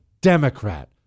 Democrat